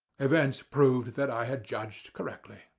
events proved that i had judged correctly.